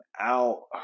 out